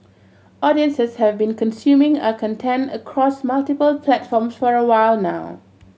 audiences have been consuming our content across multiple platforms for a while now